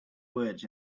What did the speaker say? words